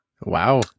Wow